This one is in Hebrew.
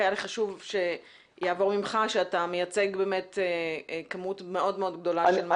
היה לי חשוב שיעבור ממך שאתה מייצג מספר גדול של אנשים.